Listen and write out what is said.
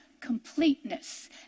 completeness